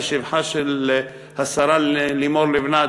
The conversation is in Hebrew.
לשבחה של השרה לימור לבנת,